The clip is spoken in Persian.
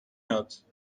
یاد